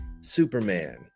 Superman